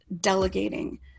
delegating